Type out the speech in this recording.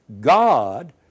God